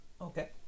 Okay